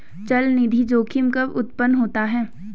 चलनिधि जोखिम कब उत्पन्न होता है?